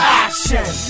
action